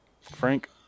Frank